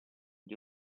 gli